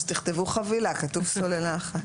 אז תכתבו "חבילה", כתוב סוללה אחת.